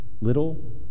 little